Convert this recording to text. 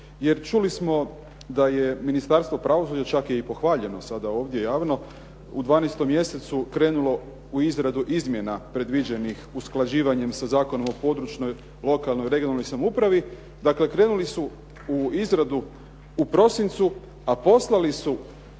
jer čuli smo da je Ministarstvo pravosuđa, čak je i pohvaljeno sada ovdje javno, u 12. mjesecu krenulo u izradu izmjena predviđenih usklađivanje sa Zakonom o područnoj, lokalnoj i regionalnoj samoupravi. Dakle, krenuli su izradu u prosincu, a poslali su